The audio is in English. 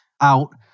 out